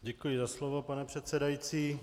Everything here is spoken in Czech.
Děkuji za slovo, pane předsedající.